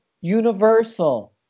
Universal